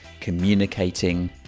communicating